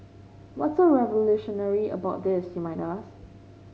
what so revolutionary about this you might ask